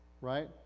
right